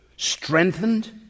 Strengthened